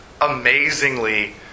amazingly